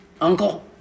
Uncle